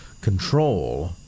control